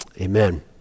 Amen